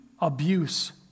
abuse